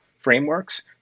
frameworks